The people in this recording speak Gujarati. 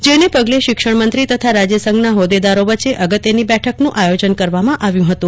જેને પગલે આજે શિક્ષણ મંત્રી તથા રાજ્યસંઘના હોદ્દેદારો વચ્ચે અગત્યની બેઠકનું આયોજન કરવામાં આવ્યું હતું